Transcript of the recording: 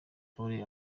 polly